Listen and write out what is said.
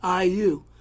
IU